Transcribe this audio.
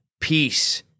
peace